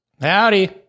Howdy